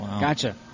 Gotcha